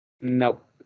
Nope